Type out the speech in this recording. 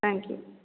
thank you